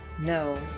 No